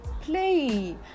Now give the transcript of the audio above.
play